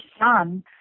son